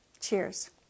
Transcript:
Cheers